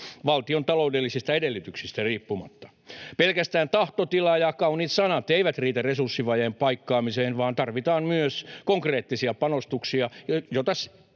valtiontaloudellisista edellytyksistä riippumatta. Pelkästään tahtotila ja kauniit sanat eivät riitä resurssivajeen paikkaamiseen, vaan tarvitaan myös konkreettisia panostuksia, jotka